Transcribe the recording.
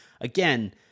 again—